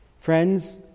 Friends